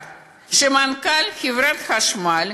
שמנכ"ל חברת חשמל